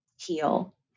heal